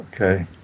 Okay